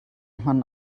hman